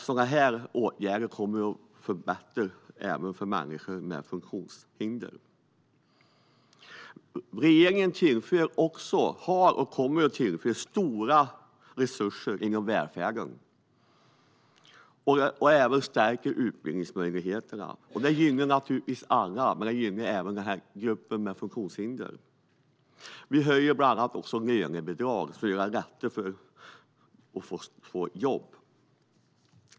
Sådana åtgärder kommer såklart att förbättra även för människor med funktionshinder. Regeringen har också tillfört och kommer att tillföra mycket resurser inom välfärden och stärker utbildningsmöjligheterna. Det gynnar alla, även gruppen med funktionshinder. Bland annat lönebidrag höjs också, för att göra det lättare att få jobb.